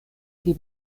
pli